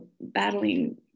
battling